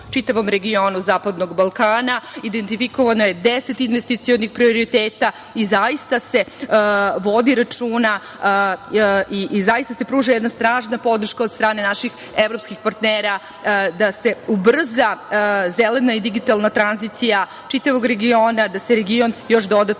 čitavom regionu zapadnog Balkana. Identifikovano je deset investicionih prioriteta i zaista se vodi računa i zaista se pruža jedna snažna podrška od strane naših evropskih partnera da se ubrza zelena i digitalna tranzicija čitavog regiona, da se region još dodatno